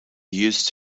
used